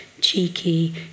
cheeky